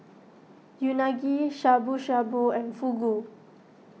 Unagi Shabu Shabu and Fugu